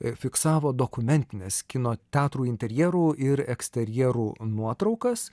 ir fiksavo dokumentinės kino teatrų interjerų ir eksterjerų nuotraukas